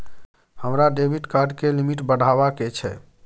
हमरा debit card के limit बढावा के छै